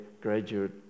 graduate